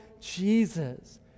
Jesus